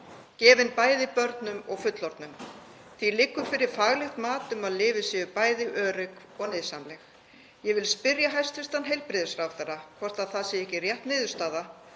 gefin bæði börnum og fullorðnum. Því liggur fyrir faglegt mat um að lyfin séu bæði örugg og nytsamleg. Ég vil spyrja hæstv. heilbrigðisráðherra hvort það sé ekki rétt niðurstaða